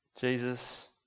Jesus